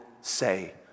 say